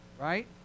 Right